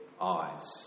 eyes